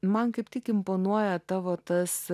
man kaip tik imponuoja tavo tas